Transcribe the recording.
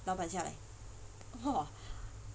老板下来